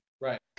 Right